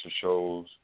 shows